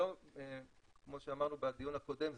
כמו שאמרנו בדיון הקודם,